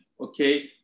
okay